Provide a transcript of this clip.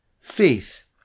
faith